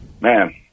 man